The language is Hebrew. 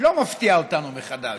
לא מפתיעה אותנו מחדש.